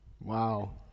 Wow